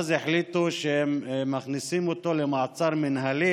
אז החליטו שהם מכניסים אותו למעצר מינהלי.